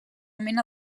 mena